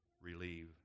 relieve